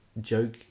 joke